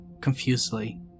confusedly